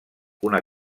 una